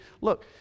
Look